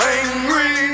angry